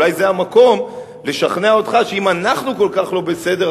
אולי זה המקום לשכנע אותך שאם אנחנו כל כך לא בסדר,